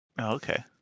okay